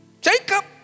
Jacob